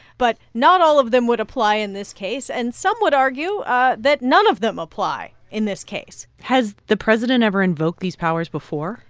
but not all of them would apply in this case. and some would argue that none of them apply in this case has the president ever invoked these powers before?